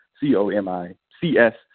C-O-M-I-C-S